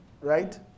Right